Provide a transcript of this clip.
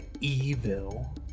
evil